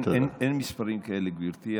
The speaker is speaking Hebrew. אין מספרים כאלה, גברתי.